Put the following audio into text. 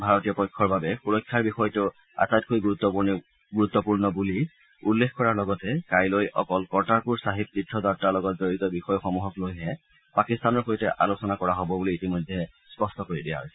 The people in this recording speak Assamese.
ভাৰতীয় পক্ষৰ বাবে সুৰক্ষাৰ বিষয়টো আটাইতকৈ গুৰুত্বপূৰ্ণ বুলি উল্লেখ কৰাৰ লগতে কাইলৈ অকল কৰ্টাৰপুৰ চাহিব তীৰ্থযাত্ৰাৰ লগত জড়িত বিষয়সমূহক লৈহে পাকিস্তানৰ সৈতে আলোচনা কৰা হ'ব বুলি ইতিমধ্যে স্পষ্ট কৰি দিছে